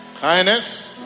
kindness